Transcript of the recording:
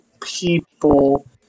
people